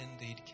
indeed